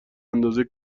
اندازه